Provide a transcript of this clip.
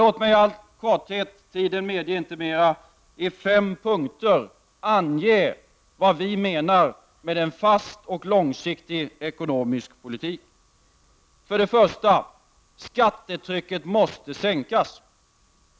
Låt mig i all korthet — tiden medger inte mera — i fem punkter ange vad vi menar med en fast och långsiktig ekonomisk politik. För det första: skattetrycket måste sänkas.